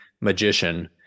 magician